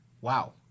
Wow